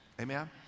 Amen